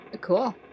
Cool